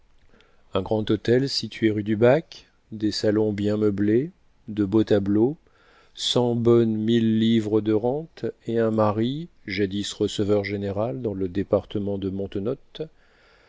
un grand hôtel situé rue du bac des salons bien meublés de beaux tableaux cent bonnes mille livres de rente et un mari jadis receveur-général dans le département de